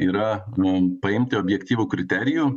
yra mum paimti objektyvų kriterijų